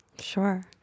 Sure